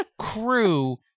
crew